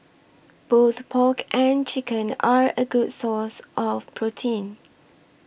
both pork and chicken are a good source of protein